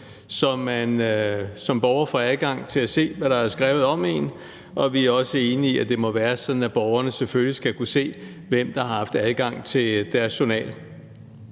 så man som borger får adgang til at se, hvad der er skrevet om en, og vi er også enige i, at det må være sådan, at borgerne selvfølgelig skal kunne se, hvem der har haft adgang til deres journal.